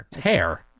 hair